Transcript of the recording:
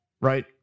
right